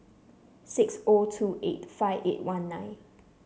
six O two eight five eight one nine